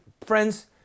friends